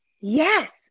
Yes